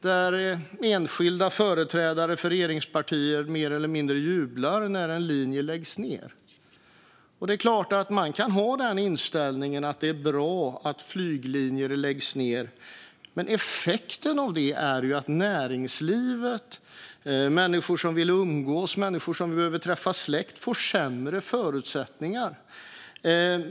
Där kan man se enskilda företrädare för regeringspartier mer eller mindre jubla när en flyglinje läggs ned. Det är klart att man kan ha inställningen att det är bra att flyglinjer läggs ned. Men effekten av det är ju att näringslivet och människor som vill umgås och träffa släkt får sämre förutsättningar.